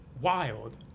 wild